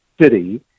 city